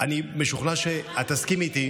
אני משוכנע שאת תסכימי איתי,